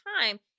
time